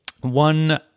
One